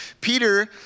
Peter